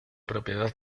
propiedad